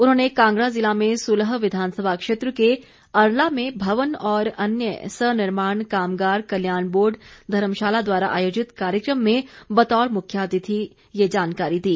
उन्होंने कांगड़ा जिला में सुलह विधानसभा क्षेत्र के अरला में भवन और अन्य सन्निर्माण कामगार कल्याण बोर्ड धर्मशाला द्वारा आयोजित कार्यक्रम में बतौर मुख्यातिथि ये जानकारी दी